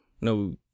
no